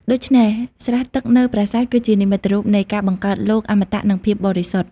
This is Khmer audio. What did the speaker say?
ដូច្នេះ ស្រះទឹកនៅប្រាសាទ គឺជានិមិត្តរូបនៃ ការបង្កើតលោក អមតៈ និងភាពបរិសុទ្ធ។